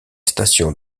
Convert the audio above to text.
stations